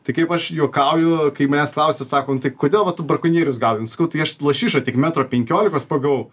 tai kaip aš juokauju kai manęs klausia sako kodėl vat tu brakonierius gaudai sakau tai aš lašišą tik metro penkiolikos pagavau